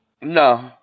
No